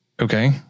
okay